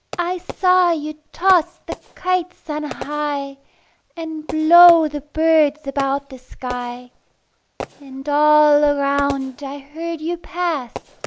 i saw you toss the kites on high and blow the birds about the sky and all around i heard you pass,